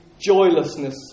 joylessness